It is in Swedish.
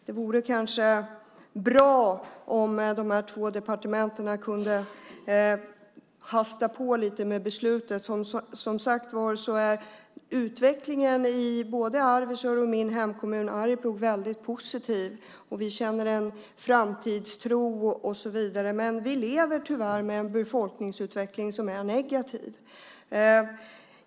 Det vore kanske bra om de två departementen kunde hasta på lite med beslutet. Som sagt var är utvecklingen i både Arvidsjaur och min hemkommun Arjeplog mycket positiv, och vi känner framtidstro och så vidare. Men vi lever tyvärr med en befolkningsutveckling som är negativ.